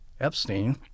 Epstein